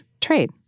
trade